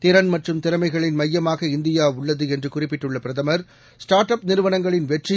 திறன் மற்றும் திறமைகளின் மையமாக இந்தியா உள்ளது என்று குறிப்பிட்டுள்ள பிரதமர் ஸ்டா்ட் அப் நிறுவனங்களின் வெற்றி